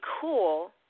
cool –